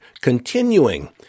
continuing